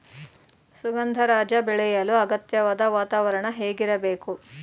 ಸುಗಂಧರಾಜ ಬೆಳೆಯಲು ಅಗತ್ಯವಾದ ವಾತಾವರಣ ಹೇಗಿರಬೇಕು?